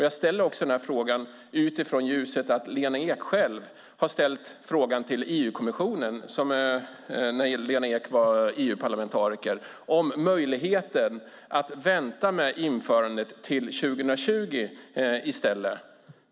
Jag ställer också frågan i ljuset av att Lena Ek själv när hon var EU-parlamentariker ställde frågan till EU-kommissionen om möjligheten att vänta med införandet till 2020 i stället.